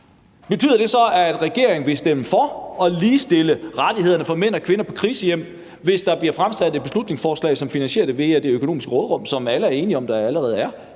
Betyder det så, at regeringen vil stemme for at ligestille rettighederne for mænd og kvinder på krisehjem, hvis der bliver fremsat et beslutningsforslag, som finansierer det via det økonomiske råderum, som alle er enige om der allerede er?